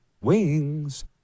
wings